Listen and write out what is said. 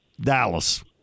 Dallas